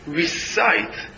recite